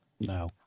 No